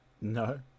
No